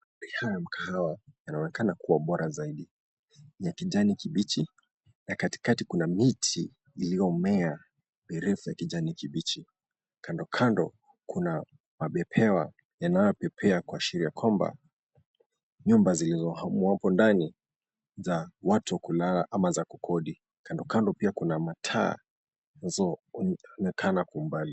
Mkahawa yanaonekana kuwa bora zaidi ya kijani kibichi na katikati kuna miti iliyomea mirefu ya kijani kibichi. Kandokando kuna mapepewa yanayopepea kwa ishara ya kwamba nyumba zilizomo hapo ndani za watu wa kulala ama za kukodi. Kandokando pia kuna mataa yanayoonekana kwa umbali.